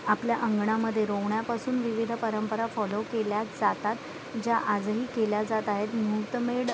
आपल्या अंगणामध्ये रोवण्यापासून विविध परंपरा फॉलो केल्या जातात ज्या आजही केल्या जात आहेत मुहूर्तमेढ